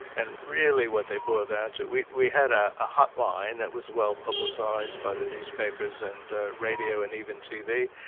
and really what they boiled down to we we had ah a hotline that was well-publicised by the newspapers and ah radio and even tv,